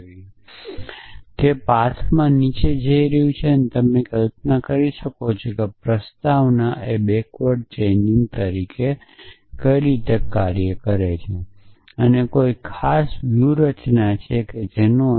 Prolog તે પાથમાં નીચે જઈ રહ્યું છે જેથી તમે કલ્પના કરી શકો કે એ બેક્વર્ડ ચેઇનિંગ કરે છે અને કોઈ ખાસ વ્યૂહરચના તે વાપરે છે જે ડેપ્થ ફર્સ્ટ સર્ચ છે